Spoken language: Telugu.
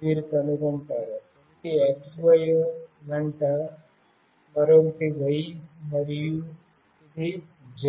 మీరు కనుగొంటారు ఒకటి X వెంట మరొకటి Y మరియు ఇది Z